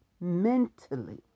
mentally